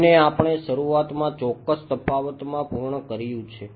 તેને આપણે શરૂઆતમાં ચોક્કસ તફાવતમાં પૂર્ણ કર્યું છે